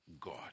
God